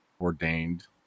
ordained